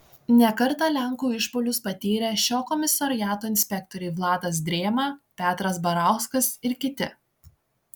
ne kartą lenkų išpuolius patyrė šio komisariato inspektoriai vladas drėma petras barauskas ir kiti